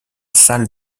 salle